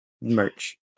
merch